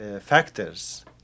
factors